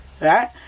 Right